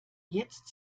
jetzt